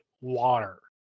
water